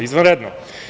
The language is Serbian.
Izvanredno.